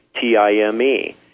T-I-M-E